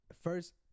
first